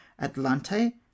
atlante